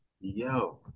Yo